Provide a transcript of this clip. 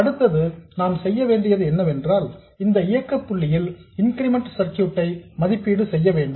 அடுத்தது நாம் செய்ய வேண்டியது என்னவென்றால் இந்த இயக்க புள்ளியில் இன்கிரிமென்டல் சர்க்யூட் ஐ மதிப்பீடு செய்ய வேண்டும்